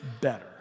better